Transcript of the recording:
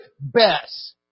best